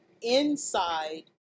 inside